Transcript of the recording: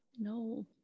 no